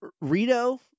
Rito